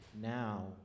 Now